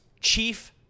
Chief